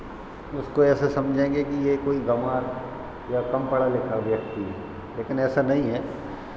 उसको ऐसे समझेंगे कि ये कोई गंवार या कम पढ़ा लिखा व्यक्ति है लेकिन ऐसा नहीं है